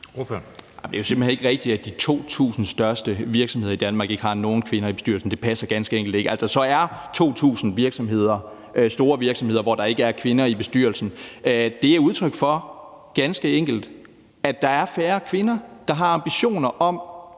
Det er jo simpelt hen ikke rigtigt, at de 2.000 største virksomheder i Danmark ikke har nogen kvinder i bestyrelsen. Det passer ganske enkelt ikke. At der så er 2.000 store virksomheder, hvor der ikke er kvinder i bestyrelsen, er ganske enkelt udtryk for, at der er færre kvinder, der har ambitioner om